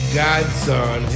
godson